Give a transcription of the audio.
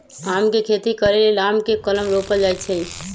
आम के खेती करे लेल आम के कलम रोपल जाइ छइ